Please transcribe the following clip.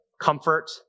comfort